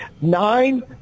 nine